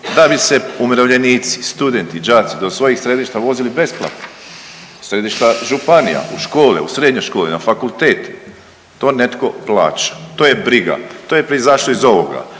da bi se umirovljenici, studenti, đaci do svojih središta vozili besplatno, do središta županija, u škole, u srednje škole, na fakultet to netko plaća. To je briga, to je proizašlo iz ovoga.